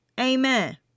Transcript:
Amen